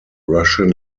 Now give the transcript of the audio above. russian